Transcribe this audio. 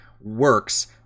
works